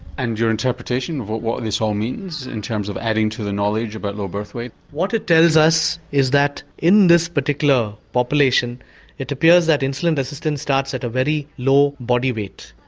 and your interpretation of what what this all means in terms of adding to the knowledge about low birth weight? what it tells us is that in this particular population it appears that insulin resistance starts at a very low body weight.